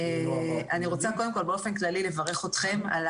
אני רוצה קודם כל באופן כללי לברך אתכם על